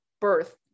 birth